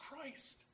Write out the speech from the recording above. Christ